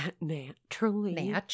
naturally